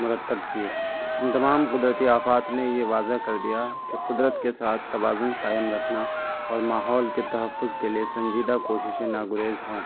مرتب کیے ان تمام قدرتی آفات نے یہ واضح کر دیا کہ قدرت کے ساتھ توازن قائم رکھنا اور ماحول کے تحفظ کے لیے سنجیدہ کوششیں ناگزیر ہیں